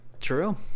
True